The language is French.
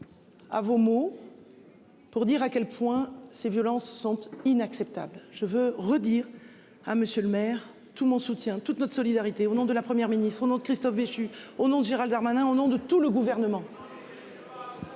À vos mots. Pour dire à quel point ces violences sont inacceptables, je veux redire à monsieur le maire. Tout mon soutien. Toute notre solidarité au nom de la Première ministre, au nom de Christophe Béchu au nom de Gérald Darmanin au nom de tout le gouvernement.